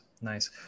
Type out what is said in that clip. nice